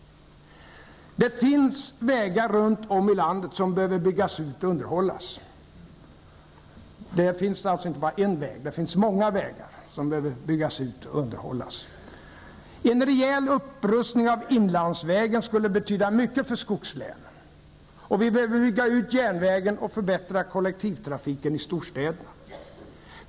Det finns vägar runt om i landet som behöver byggas ut och underhållas. Det finns alltså inte bara en väg, utan det finns många vägar som behöver byggas ut och underhållas. En rejäl upprustning av inlandsvägen skulle betyda mycket för skogslänen. Och vi behöver bygga ut järnvägen och förbättra kollektivtrafiken i storstäderna.